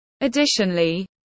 Additionally